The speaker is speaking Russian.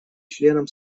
членам